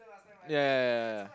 ya ya ya ya